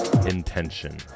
intention